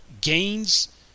gains